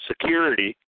security